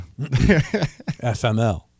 FML